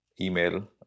email